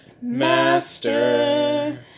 Master